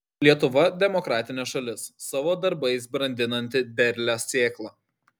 lietuva demokratinė šalis savo darbais brandinanti derlią sėklą